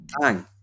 bang